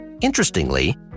Interestingly